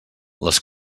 les